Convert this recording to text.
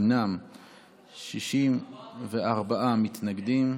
הן 64 מתנגדים,